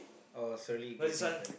oh sorry